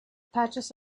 patches